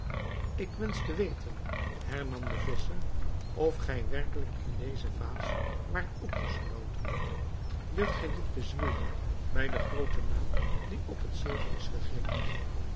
ik wensch te weten hernam de visscher of gij werkelijk in deze vaas waart opgesloten durft gij dit bezweren bij den grooten naam die op het zegel is gegrift